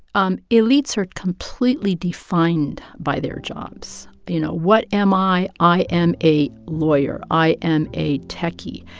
um elites are completely defined by their jobs. you know, what am i? i am a lawyer. i am a techie.